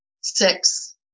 six